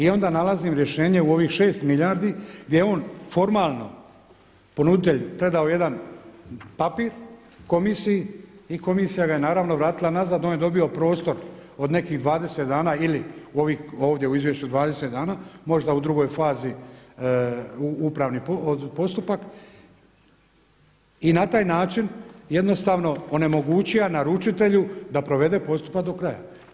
I onda nalazim rješenje u ovih 6 milijardi gdje je on formalno ponuditelj predao jedan papir komisiji i komisija ga je naravno vratila nazad, on je dobio prostor od nekih 20 dana ili ovdje u izvješću 20 dana, možda u drugoj fazi upravni postupak i na taj način jednostavno onemogućio naručitelju da provede postupak do kraja.